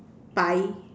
pie